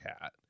cat